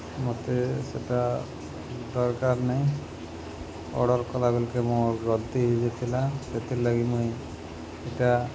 ମତେ ସେଟା ଦର୍କାର୍ ନାଇଁ ଅର୍ଡ଼ର୍ କଲା ବେଲ୍କେ ମୋର୍ ଗଲ୍ତି ହେଇଯାଇଥିଲା ସେଥିର୍ଲାଗି ମୁଇଁ ଇଟା